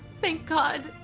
thank god!